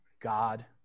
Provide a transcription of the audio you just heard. God